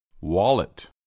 Wallet